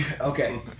Okay